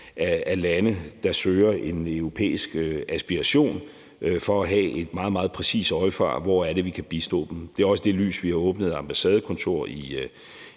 af lande, der har en europæisk aspiration, og for at have et meget, meget præcist øje for, hvor det er, vi kan bistå dem. Det er også i det lys, at vi har åbnet ambassadekontor i